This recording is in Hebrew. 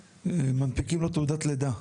מנפיקים לו תעודת לידה.